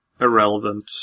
irrelevant